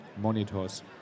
Monitors